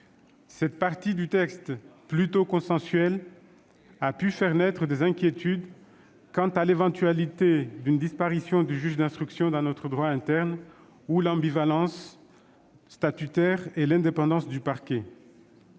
Cette partie du texte, plutôt consensuelle, a pu faire naître des inquiétudes quant à l'éventualité d'une disparition du juge d'instruction dans notre droit interne ou à l'ambivalence statutaire et l'indépendance du parquet.